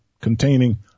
containing